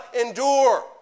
endure